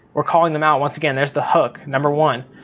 we're calling them out once again there's the hook. number one.